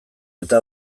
eta